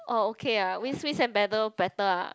oh okay ah whisk whisk and batter better ah